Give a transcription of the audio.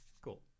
cool